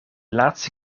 laatste